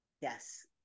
Yes